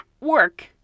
work